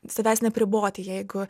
savęs neapriboti jeigu